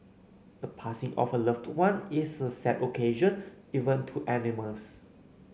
the passing of a loved one is a sad occasion even to animals